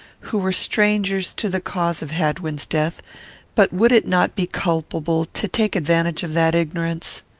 who were strangers to the cause of hadwin's death but would it not be culpable to take advantage of that ignorance?